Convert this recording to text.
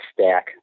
stack